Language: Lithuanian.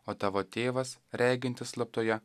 o tavo tėvas regintis slaptoje